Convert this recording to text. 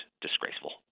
disgraceful